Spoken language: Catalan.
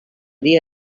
dia